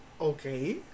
Okay